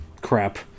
Crap